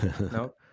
No